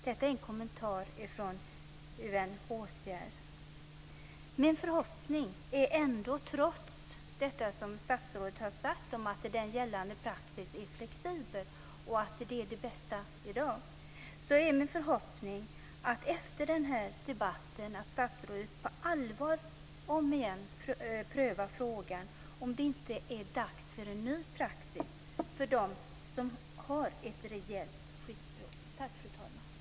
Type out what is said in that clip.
Detta är en kommentar från UNHCR. Min förhoppning är ändå, trots det som statsrådet har sagt om att gällande praxis är flexibel och att den är det bästa i dag, att statsrådet efter den här debatten på allvar om igen prövar frågan om det inte är dags för en ny praxis för dem som har ett rejält skyddsbehov.